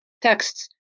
texts